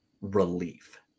relief